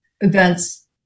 events